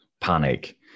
panic